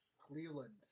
Cleveland